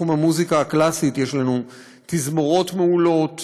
בתחום המוזיקה הקלאסית יש לנו תזמורות מעולות